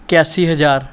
ਇਕਾਸੀ ਹਜ਼ਾਰ